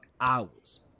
hours